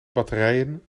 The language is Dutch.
batterijen